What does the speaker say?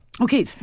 Okay